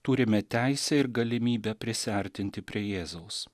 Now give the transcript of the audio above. turime teisę ir galimybę prisiartinti prie jėzaus